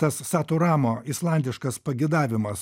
tas satu ramo islandiškas pageidavimas